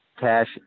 Cash